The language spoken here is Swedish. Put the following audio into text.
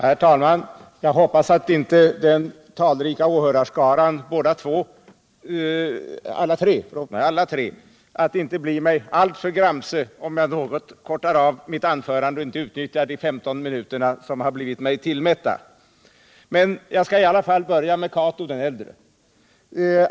Herr talman! Jag hoppas att den talrika åhörarskaran — alla tre — inte blir alltför gramse på mig, om jag något förkortar mitt anförande och inte utnyttjar de 15 minuter som har blivit mig tillmätta. Jag skall i alla fall börja med Cato den äldre.